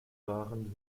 waren